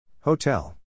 Hotel